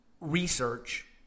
research